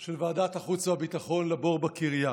של ועדת החוץ והביטחון בבור בקריה.